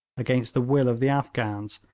against the will of the afghans,